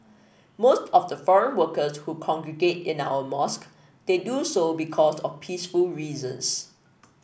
most of the foreign workers who congregate in our mosque they do so because of peaceful reasons